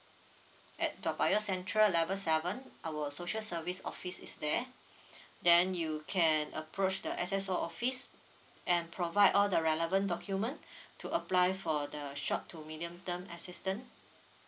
at toa payoh central level seven our social service office is there then you can approach the S_S_O office and provide all the relevant document to apply for the short to medium term assistant